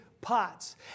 pots